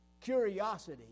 curiosity